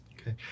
Okay